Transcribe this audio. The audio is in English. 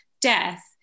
death